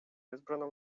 избрано